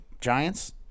Giants